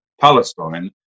Palestine